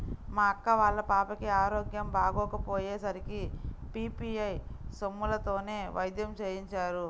మా అక్క వాళ్ళ పాపకి ఆరోగ్యం బాగోకపొయ్యే సరికి పీ.పీ.ఐ సొమ్ములతోనే వైద్యం చేయించారు